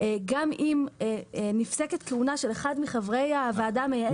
גם אם נפסקת כהונה של אחד מחברי הוועדה המייעצת,